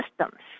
systems